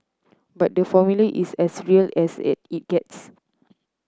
but the Formula is as real as it it gets